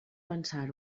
pensar